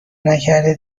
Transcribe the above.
نکرده